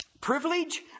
Privilege